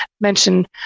mention